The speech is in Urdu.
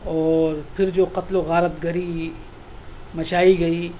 اور پھر جو قتل و غارت گری مچائی گئی